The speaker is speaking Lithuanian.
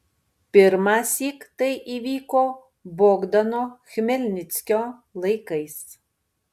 pirmąsyk tai įvyko bogdano chmelnickio laikais